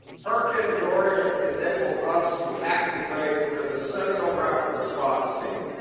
hurricane dorian enabled us to activate the decennial rapid response team.